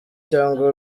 cyangwa